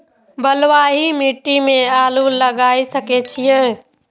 बलवाही मिट्टी में आलू लागय सके छीये?